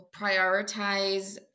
prioritize